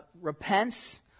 repents